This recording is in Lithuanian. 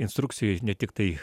instrukcijoj ne tiktai